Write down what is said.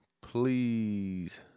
please